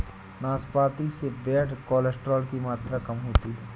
नाशपाती से bad cholesterol की मात्रा कम होती है